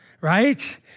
right